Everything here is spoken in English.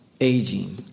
aging